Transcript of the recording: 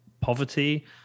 poverty